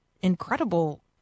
incredible